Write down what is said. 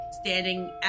standing